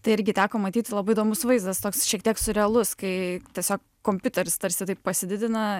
tai irgi teko matyti labai įdomus vaizdas toks šiek tiek siurrealus kai tiesiog kompiuteris tarsi taip pasididina